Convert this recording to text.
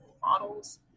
models